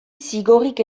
zigorrik